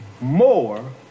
More